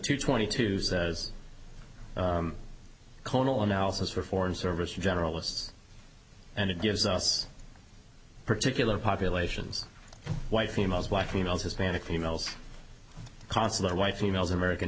to twenty two says conal analysis for foreign service generalists and it gives us particular populations white females black males hispanic males consular white females american